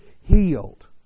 healed